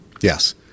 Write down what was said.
Yes